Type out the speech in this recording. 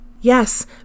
Yes